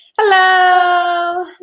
Hello